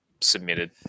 submitted